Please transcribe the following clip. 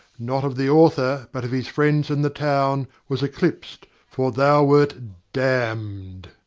not of the author, but of his friends and the town, was eclipsed, for thou wert damned!